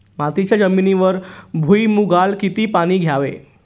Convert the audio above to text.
मातीच्या जमिनीवर भुईमूगाला किती पाणी द्यावे?